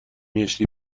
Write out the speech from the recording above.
jeśli